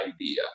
idea